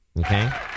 Okay